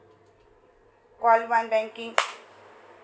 call one banking